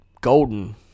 golden